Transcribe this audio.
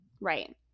Right